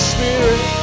Spirit